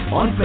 on